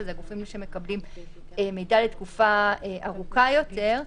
שזה הגופים שמקבלים מידע לתקופה ארוכה יותר,